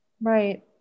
Right